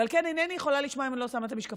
ועל כן אינני יכולה לשמוע אם אני לא שמה את המשקפיים,